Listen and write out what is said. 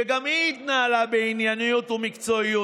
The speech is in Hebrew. שגם היא התנהלה בענייניות ומקצועיות,